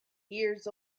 years